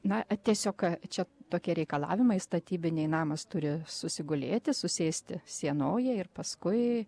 na tiesiog čia tokie reikalavimai statybiniai namas turi susigulėti susėsti sienojai ir paskui